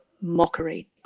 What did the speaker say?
mockery